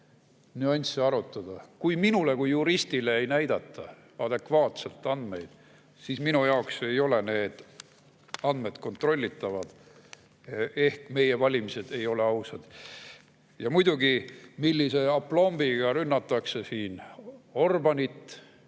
nüansse arutada. Kui minule kui juristile ei näidata adekvaatselt andmeid, siis minu jaoks ei ole need andmed kontrollitavad. Meie valimised ei ole ausad. Ja millise aplombiga rünnatakse Orbánit,